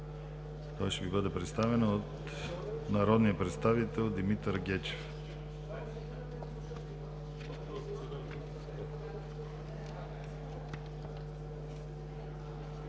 храните ще бъде представен от народния представител Димитър Гечев.